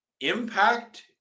impact